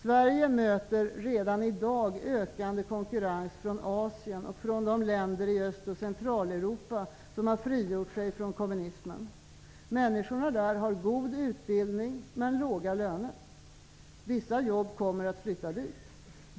Sverige möter redan i dag ökande konkurrens från Asien och från de länder i Öst och Centraleuropa som har frigjort sig från kommunismen. Människorna där har god utbildning men låga löner. Vissa jobb kommer att flytta dit.